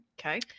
okay